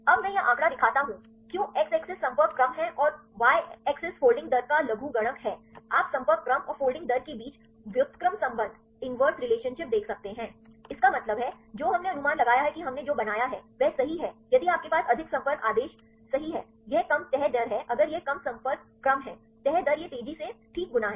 अब मैं ये आंकड़ा दिखाता हूं क्यों एक्स अक्ष संपर्क क्रम है और y अक्ष फोल्डिंग दर का लघुगणक है आप संपर्क क्रम और फोल्डिंग दर के बीच व्युत्क्रम संबंध देख सकते हैं इसका मतलब है जो हमने अनुमान लगाया है कि हमने जो बनाया है वह सही है यदि आपके पास अधिक संपर्क आदेश सही है यह कम तह दर है अगर यह कम संपर्क क्रम है तह दर यह तेजी से सही ठीक गुना है